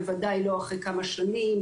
בוודאי לא אחרי כמה שנים,